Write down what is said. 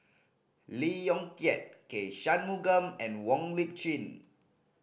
Lee Yong Kiat K Shanmugam and Wong Lip Chin